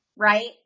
right